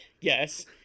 yes